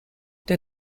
der